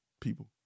people